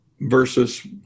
versus